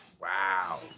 Wow